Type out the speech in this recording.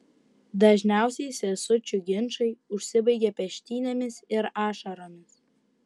dažniausiai sesučių ginčai užsibaigia peštynėmis ir ašaromis